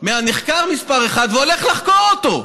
מהנחקר מספר אחת, והולך לחקור אותו.